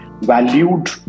valued